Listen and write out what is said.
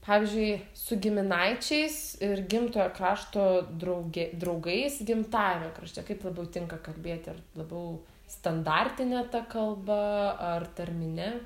pavyzdžiui su giminaičiais ir gimtojo krašto drauge draugais gimtajame krašte kaip labiau tinka kalbėti ar labiau standartine ta kalba ar tarmine